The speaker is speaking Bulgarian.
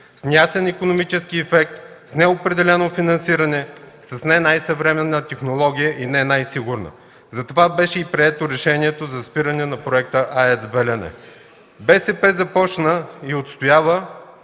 – смятан икономически ефект, неопределено финансиране с не най-съвременна технология и не най-сигурна. Затова беше и прието решението за спиране на Проекта „АЕЦ „Белене”. БСП започна и отстоява